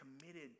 committed